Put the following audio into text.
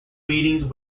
meetings